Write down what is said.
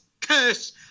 curse